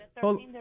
hold